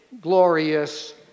glorious